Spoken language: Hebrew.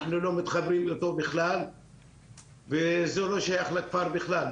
אנחנו לא מתחברים אליו בכלל וזה לא שייך לכפר בכלל.